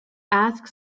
ask